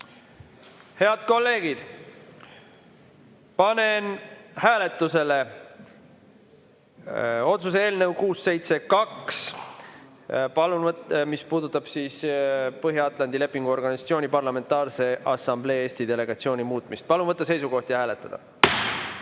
kolleegid, panen hääletusele otsuse eelnõu 672, mis puudutab Põhja-Atlandi Lepingu Organisatsiooni Parlamentaarse Assamblee Eesti delegatsiooni muutmist. Palun võtta seisukoht ja hääletada!